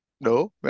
no